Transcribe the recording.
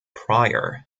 prior